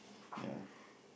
ya